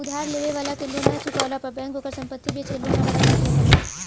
उधार लेवे वाला के लोन ना चुकवला पर बैंक ओकर संपत्ति बेच के लोन वाला रकम पूरा करेला